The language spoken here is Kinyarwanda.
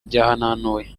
byahananuwe